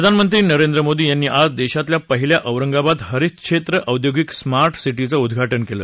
प्रधानमंत्री नरेंद्र मोदी यांनी आज देशातल्या पहिल्या औरंगाबाद हरितक्षेत्र औद्योगिक स्मार्ट सिटीचं उद्वाटन केलं